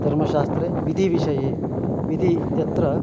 धर्मशास्त्रे विधिविषये विधि इत्यत्र